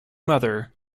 mother